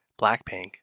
Blackpink